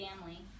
family